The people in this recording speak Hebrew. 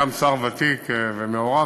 גם שר ותיק ומעורב,